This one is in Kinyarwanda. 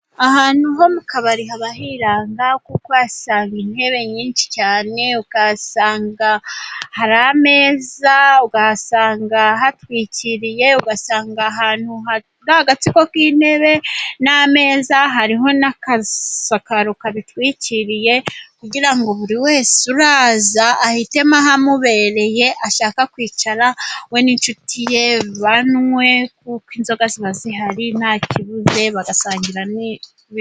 Ahantu ho mu kabari haba hiranga; kuko wahasanga intebe nyinshi cyane, ukahasanga hari ameza, ugahasanga hatwikiriye, ugasanga ahantu agatsiko k'intebe n'ameza, harimo n'agasakaro kabitwikiriye, kugira ngo buri wese uraza ahitemo ahamubereye, ashaka kwicara we n'inshuti ye banywe. Kuko inzoga ziba zihari, nta kibuze bagasangira.